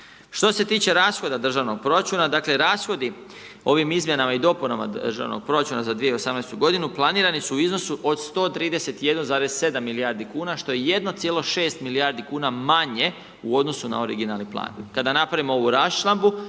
Što se tiče rashoda državnog proračuna, dakle rashodi, ovim izmjenama i dopunama državnog proračuna za 2018. godinu planirani su u iznosu od 131,7 milijardi kuna što je 1,6 milijardi kuna manje u odnosu na originalni plan. Kada napravimo ovu raščlambu,